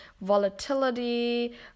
volatility